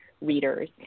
readers